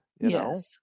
Yes